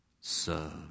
serve